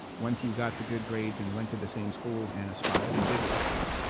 once you got the good grades and went to the same schools and aspired and did those things.